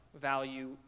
value